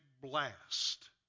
blast